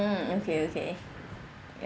okay okay